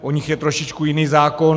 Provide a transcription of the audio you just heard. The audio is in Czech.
U nich je trošičku jiný zákon.